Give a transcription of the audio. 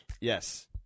Yes